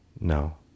No